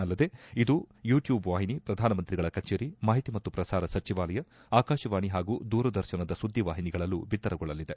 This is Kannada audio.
ಅಲ್ಲದೆ ಇದು ಯೂ ಟ್ಯೂಬ್ ವಾಹಿನಿ ಪ್ರಧಾನಮಂತ್ರಿಗಳ ಕಛೇರಿ ಮಾಹಿತಿ ಮತ್ತು ಪ್ರಸಾರ ಸಚಿವಾಲಯ ಆಕಾಶವಾಣಿ ಹಾಗೂ ದೂರದರ್ಶನದ ಸುದ್ದಿ ವಾಹಿನಿಗಳಲ್ಲೂ ಬಿತ್ತರಗೊಳ್ಳಲಿದೆ